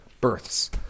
births